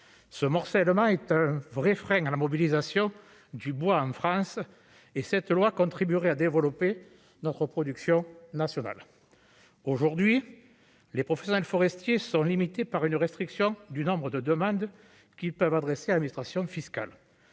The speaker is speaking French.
ce morcellement est un vrai frein à la mobilisation du bois en France et cette loi contribuerait à développer notre production nationale aujourd'hui, les professionnels forestier sont limités par une restriction du nombre de demandes qui peuvent adresser, administration fiscale,